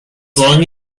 long